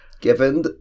given